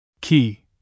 Key